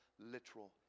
literal